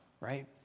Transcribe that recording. right